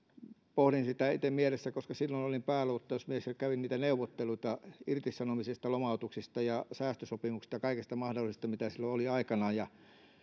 pohdin sitä itse mielessäni koska silloin olin pääluottamusmies ja kävin niitä neuvotteluita irtisanomisista lomautuksista ja säästösopimuksista ja kaikesta mahdollisesta mitä silloin aikanaan oli ja